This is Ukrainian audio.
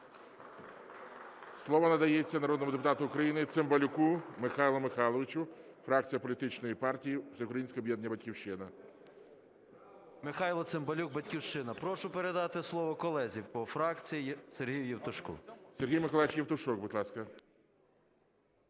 Слово надається народному депутату України Цимбалюку Михайлу Михайловичу, фракція політичної партії Всеукраїнське об'єднання "Батьківщина". 10:11:17 ЦИМБАЛЮК М.М. Михайло Цимбалюк, "Батьківщина". Прошу передати слово колезі по фракції Сергію Євтушку. ГОЛОВУЮЧИЙ. Сергій Миколайович Євтушок, будь ласка.